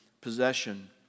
possession